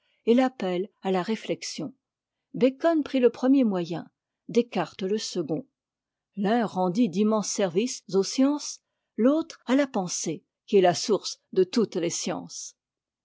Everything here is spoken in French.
et l'appel à la réflexion bacon prit le premier moyen descartes le second l'un rendit d'immenses services aux sciences l'autre à la pensée qui est la source de toutes les sciences